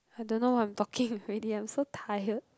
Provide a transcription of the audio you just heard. I don't know what I'm talking already I'm so tired